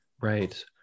Right